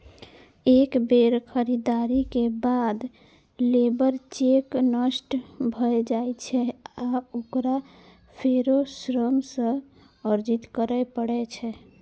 एक बेर खरीदारी के बाद लेबर चेक नष्ट भए जाइ छै आ ओकरा फेरो श्रम सँ अर्जित करै पड़ै छै